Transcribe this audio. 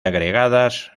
agregadas